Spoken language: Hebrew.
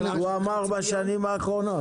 נקבע ברשימת הפרויקטים.